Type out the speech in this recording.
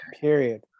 period